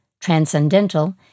transcendental